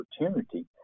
opportunity